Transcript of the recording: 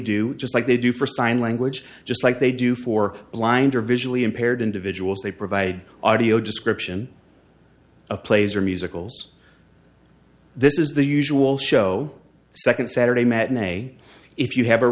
do just like they do for sign language just like they do for blind or visually impaired individuals they provide audio description of plays or musicals this is the usual show second saturday matinee if you have a